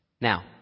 Now